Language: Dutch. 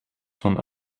van